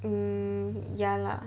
mm ya lah